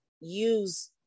use